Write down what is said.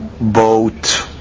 boat